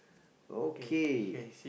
okay